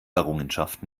errungenschaft